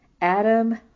Adam